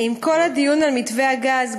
עם כל הדיון על מתווה הגז,